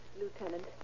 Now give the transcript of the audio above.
Lieutenant